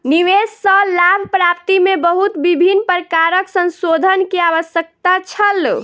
निवेश सॅ लाभ प्राप्ति में बहुत विभिन्न प्रकारक संशोधन के आवश्यकता छल